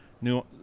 new